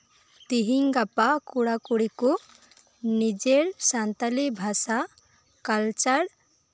ᱛᱤᱦᱤᱧ ᱜᱟᱯᱟ ᱠᱩᱲᱟᱼᱠᱩᱲᱤ ᱠᱚ ᱱᱤᱡᱮᱨ ᱥᱟᱱᱛᱟᱲᱤ ᱵᱷᱟᱥᱟ ᱠᱟᱞᱪᱟᱨ